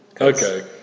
Okay